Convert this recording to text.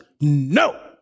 No